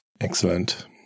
Excellent